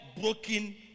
broken